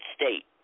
state